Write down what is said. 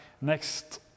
next